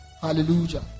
hallelujah